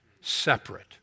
separate